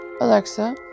Alexa